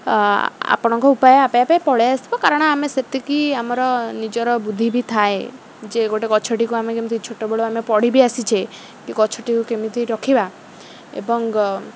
ଆପଣଙ୍କ ଉପାୟ ଆପେ ଆପେ ପଳେଇଆସିବ କାରଣ ଆମେ ସେତିକି ଆମର ନିଜର ବୁଦ୍ଧି ବି ଥାଏ ଯେ ଗୋଟେ ଗଛଟିକୁ ଆମେ କେମିତି ଛୋଟବେଳୁ ଆମେ ପଢ଼ିବି ଆସିଛେ କି ଗଛଟିକୁ କେମିତି ରଖିବା ଏବଂ